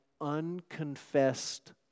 unconfessed